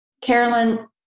Carolyn